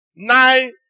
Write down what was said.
Nine